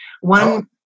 One